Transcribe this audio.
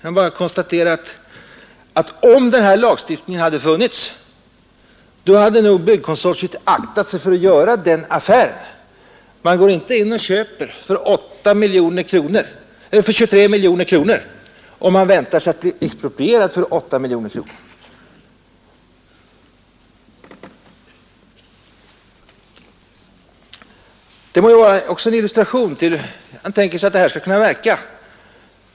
Jag bara konstaterar att om den nya lagstiftningen hade funnits hade nog byggkonsortiet aktat sig för att göra den affären; man köper inte mark för 23 miljoner kronor, om man väntar sig att denna skall bli exproprierad för 8 miljoner kronor. Detta må vara en illustration till hur lagen kan komma att verka.